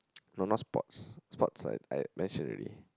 no not sports sports I I mention already